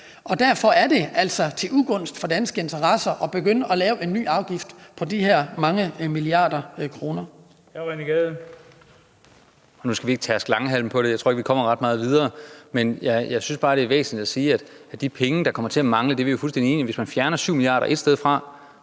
Derfor er det altså til ugunst for danske interesser at begynde at indføre en ny afgift på de her mange milliarder kroner.